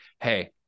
hey